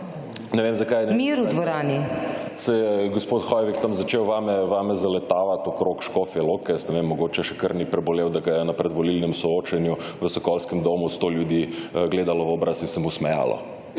**MIHA KORDIŠ (PS Levica):** …se je gospod Hoivik tam začel vame zaletavati okrog Škofje Loke. Jaz ne vem, mogoče še kar ni prebolel, da ga je na predvolilnem soočenju v Sokolskem domu sto ljudi gledalo v obraz in se mu smejalo.